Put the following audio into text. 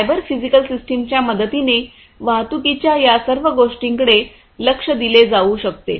तर cyber physical सिस्टमच्या मदतीने वाहतुकीच्या या सर्व गोष्टींकडे लक्ष दिले जाऊ शकते